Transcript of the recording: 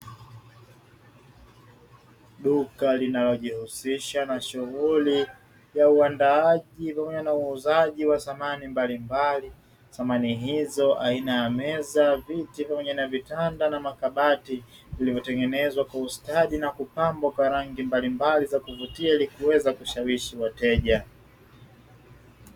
Duka linalo jihusisha na shughuli ya uwandaaji pamoja uzwaji wa samani mbalimbali. Samani hizo aina ya meza, viti pamoja na vitanda na makabati. Vimetengenezwa kwa kustadi na kupambwa kwa rangi mbali mbali za kuvutia likiweza kushawishi wateja.